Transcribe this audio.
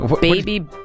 Baby